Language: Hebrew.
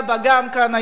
גם כאן היום.